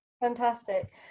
fantastic